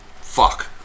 Fuck